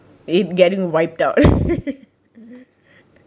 kepp getting wiped out